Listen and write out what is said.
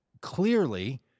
Clearly